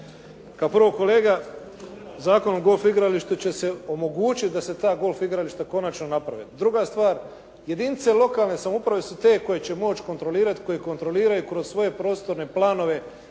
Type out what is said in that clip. Kao prvo kolega, Zakonom o golf igralištu će se omogućiti da se ta golf igrališta konačno naprave. Druga stvar, jedinice lokalne samouprave su te koje će moći kontrolirati, koji kontroliraju kroz svoje prostorne planove